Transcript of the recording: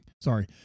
sorry